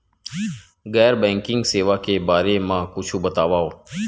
गैर बैंकिंग सेवा के बारे म कुछु बतावव?